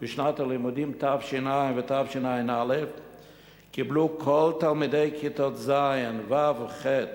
בשנות הלימודים תש"ע ותשע"א קיבלו כל תלמידי כיתות ז' וח'